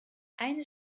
eine